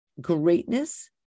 greatness